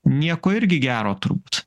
nieko irgi gero turbūt